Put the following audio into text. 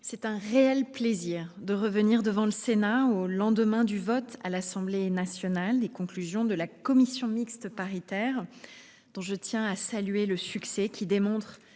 c'est un réel plaisir pour moi de revenir devant le Sénat au lendemain du vote par l'Assemblée nationale des conclusions de cette commission mixte paritaire, dont je tiens à souligner le succès. Il démontre